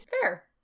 fair